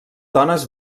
dones